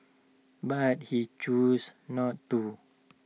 but he chose not to